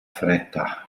fretta